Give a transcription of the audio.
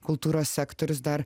kultūros sektorius dar